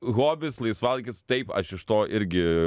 hobis laisvalaikis taip aš iš to irgi